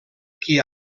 qui